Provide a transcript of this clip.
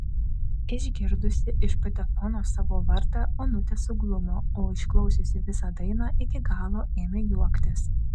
išgirdusi iš patefono savo vardą onutė suglumo o išklausiusi visą dainą iki galo ėmė juoktis